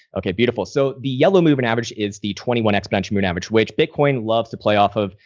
ok, beautiful. so the yellow moving average is the twenty one exponential moving average which bitcoin loves to play off of,